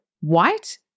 white